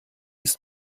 ist